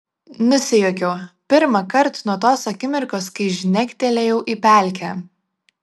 nusijuokiau pirmąkart nuo tos akimirkos kai žnektelėjau į pelkę